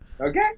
okay